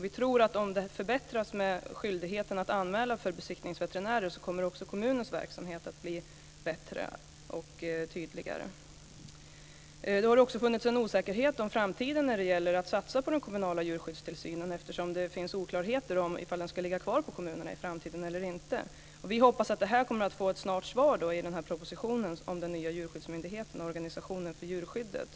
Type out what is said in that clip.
Vi tror att om det förbättras vad gäller skyldigheten att anmäla för besiktningsveterinärer så kommer också kommunernas verksamhet att bli bättre och tydligare. Det har också funnits en osäkerhet om framtiden när det gäller att satsa på den kommunala djurskyddstillsynen, eftersom det finns oklarheter om huruvida den ska ligga kvar på kommunerna i framtiden eller inte. Vi hoppas att det här kommer att få ett snart svar i propositionen om den nya djurskyddsmyndigheten och organisationen för djurskyddet.